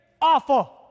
awful